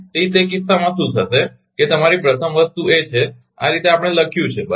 તેથી તે કિસ્સામાં શું થશે કે તમારી પ્રથમ વસ્તુ એ છે કે આ રીતે આપણે લખ્યું છે કે તમારા